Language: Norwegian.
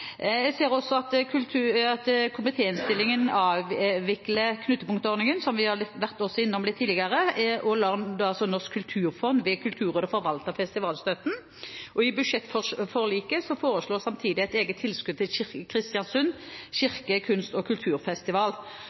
Jeg ser også at man i komitéinnstillingen går inn for å avvikle knutepunktordningen, som vi også har være litt innom tidligere, og lar Norsk kulturfond ved Kulturrådet forvalte festivalstøtten. I budsjettforliket foreslås det samtidig et eget tilskudd til Kristiansund Kirke Kunst Kulturfestival.